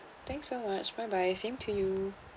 thanks so much bye bye same to you